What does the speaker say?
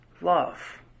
love